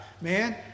man